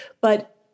but-